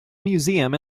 museum